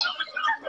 בואו נשמע מתומר.